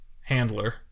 handler